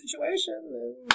situation